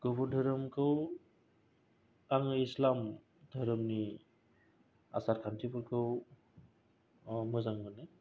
गुबुन धोरोमखौ आङो इस्लाम धोरोमनि आसार खान्थिफोरखौ मोजां मोनो